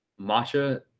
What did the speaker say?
matcha